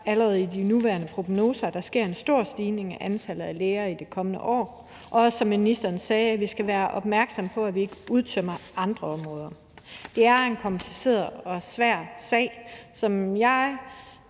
allerede i de nuværende prognoser, at der sker en stor stigning i antallet af læger i de kommende år. Og som ministeren sagde, skal vi være opmærksomme på, at vi ikke tømmer andre områder. Det er en kompliceret og svær sag, som jeg